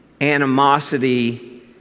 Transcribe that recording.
animosity